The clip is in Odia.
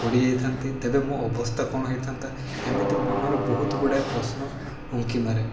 ପଡ଼ିଯାଇଥାନ୍ତି ତେବେ ମୋ ଅବସ୍ଥା କ'ଣ ହେଇଥାନ୍ତା ଏମିତି ମନରେ ବହୁତ ଗୁଡ଼ାଏ ପ୍ରଶ୍ନ ଉଙ୍କି ମାରେ